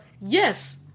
Yes